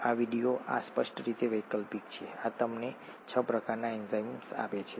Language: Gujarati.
આ વીડિયો આ સ્પષ્ટ રીતે વૈકલ્પિક છે આ તમને છ પ્રકારના એન્ઝાઇમ્સ આપે છે